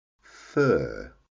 fur